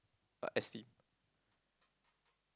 uh esteem